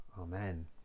Amen